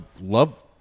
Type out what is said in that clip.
love